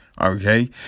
okay